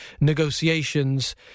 negotiations